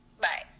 Bye